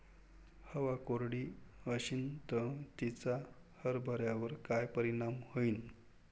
हवा कोरडी अशीन त तिचा हरभऱ्यावर काय परिणाम होईन?